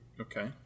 Okay